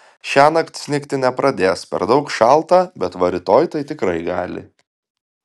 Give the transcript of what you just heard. šiąnakt snigti nepradės per daug šalta bet va rytoj tai tikrai gali